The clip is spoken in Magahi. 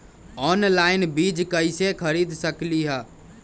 ऑनलाइन बीज कईसे खरीद सकली ह?